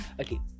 Okay